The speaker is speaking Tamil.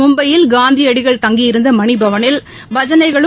மும்பையில் காந்தியடிகள் தங்கியிருந்த மணி பவனில் பஜனைகளும்